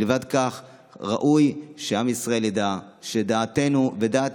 מלבד זאת ראוי שעם ישראל ידע שדעתנו ודעת